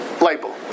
label